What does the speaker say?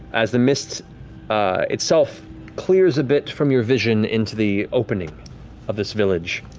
as the mist itself clears a bit from your vision, into the opening of this village.